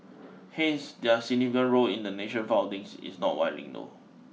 hence their significant role in the nation founding is not widely know